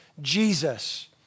Jesus